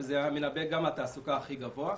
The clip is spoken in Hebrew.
וזה מנבא התעסוקה הכי גבוה.